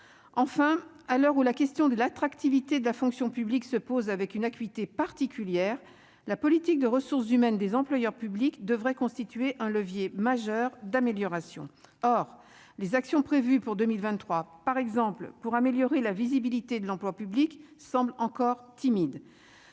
enfin à l'heure où la question de l'attractivité de la fonction publique se pose avec une acuité particulière : la politique de ressources humaines des employeurs publics devraient constituer un levier majeur d'amélioration, or les actions prévues pour 2023, par exemple, pour améliorer la visibilité de l'emploi public semble encore timide,